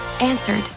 answered